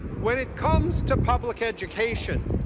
when it comes to public education